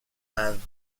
havre